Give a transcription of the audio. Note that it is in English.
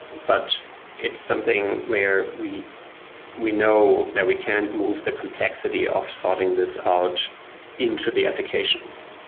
but it's something where we we know that we can't move the complexity of sorting this out into the applications.